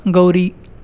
गौरी